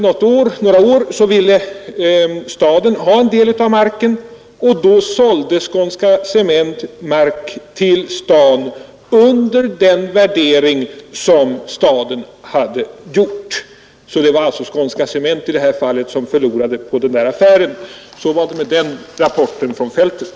Efter några år ville staden ha en del av marken. Då sålde Skånska cement mark till staden under den värdering som staden hade gjort. Det var alltså Skånska cement som i detta fall förlorade på affären. Så var det med den rapporten från fältet.